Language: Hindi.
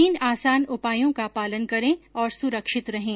तीन आसान उपायों का पालन करें और सुरक्षित रहें